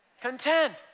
Content